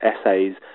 essays